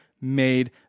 made